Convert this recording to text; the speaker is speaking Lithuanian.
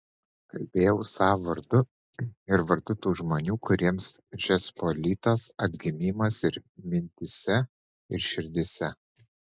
kalbėjau savo vardu ir vardu tų žmonių kuriems žečpospolitos atgimimas ir mintyse ir širdyse